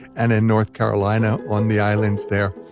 and in north carolina on the islands there,